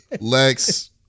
Lex